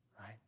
right